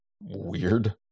weird